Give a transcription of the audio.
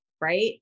right